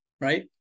Right